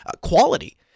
quality